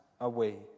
away